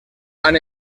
han